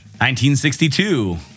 1962